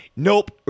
Nope